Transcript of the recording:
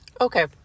Okay